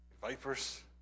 Vipers